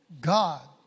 God